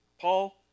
Paul